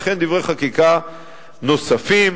וכן דברי חקיקה נוספים.